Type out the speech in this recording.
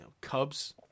cubs